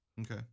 Okay